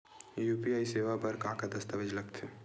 UPI सेवा बर का का दस्तावेज लगथे?